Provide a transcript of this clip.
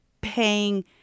paying